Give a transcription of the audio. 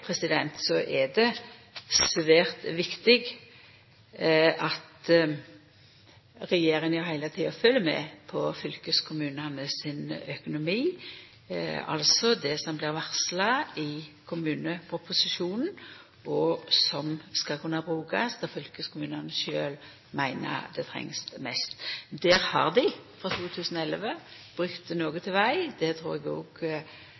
er det svært viktig at regjeringa heile tida følgjer med på fylkeskommunane sin økonomi, altså det som blir varsla i kommuneproposisjonen, og som skal kunna brukast der fylkeskommunane sjølve meiner det trengst mest. Der har dei for 2011 brukt noko